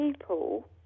people